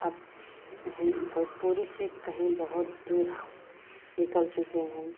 अब भोजपुरी से कहीं बहुत दूर हम निकल चुके हैं